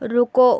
رکو